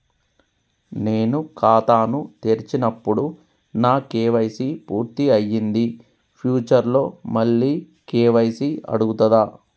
నేను ఖాతాను తెరిచినప్పుడు నా కే.వై.సీ పూర్తి అయ్యింది ఫ్యూచర్ లో మళ్ళీ కే.వై.సీ అడుగుతదా?